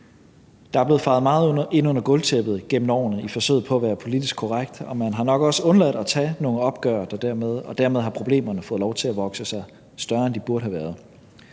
Der er blevet fejet meget ind under gulvtæppet gennem årene i forsøget på at være politisk korrekt, og man har nok også undladt at tage nogle opgør, og dermed har problemerne fået lov til at vokse sig større, end de burde have været.